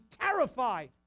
terrified